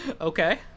okay